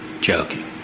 Joking